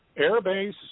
airbase